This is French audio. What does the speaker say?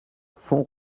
font